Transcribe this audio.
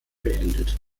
beendet